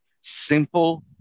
simple